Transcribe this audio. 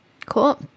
Cool